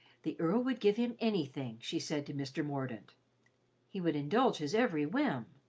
the earl would give him anything, she said to mr. mordaunt. he would indulge his every whim.